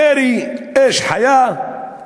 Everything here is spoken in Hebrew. ירי אש חיה,